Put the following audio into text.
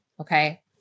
Okay